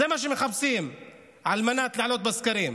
זה מה שמחפשים על מנת לעלות בסקרים.